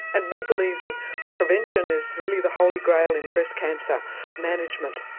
and we believe that prevention is really the holy grail in breast cancer management.